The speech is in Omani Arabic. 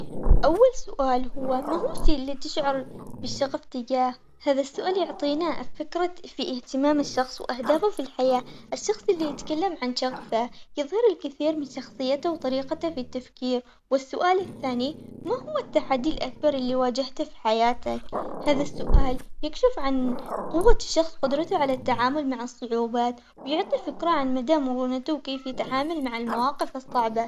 أول سؤال هو ما هو الشيىاللي تشعر بشغف اتجاهه؟ هذا السؤال يعطينا فكرة في اهتمام الشخص وأهدافه في الحياة، الشخص اللي يتكلم عن شغفه يظهر الكثير من شخصيته وطريقته في التفكير، والسؤال الثاني ما هو التحدي الأكبر اللي واجهته في حياتك؟ هذا السؤال يكشف عن قوة الشخص وقدرته على التعامل مع الصعوبات ويعطي فكرة عن مدى مرونته وكيف يتعامل مع المواقف الصعبة.